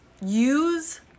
use